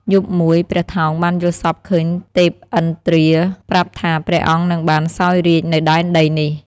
យប់មួយ ព្រះថោងបានយល់សប្ដិឃើញទេពឥន្ទ្រាប្រាប់ថា ព្រះអង្គនឹងបានសោយរាជ្យនៅដែនដីនេះ។